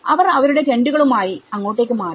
അവർ അവരുടെ ടെന്റുകളുമായി അങ്ങോട്ടേക്ക് മാറി